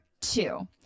two